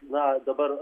na dabar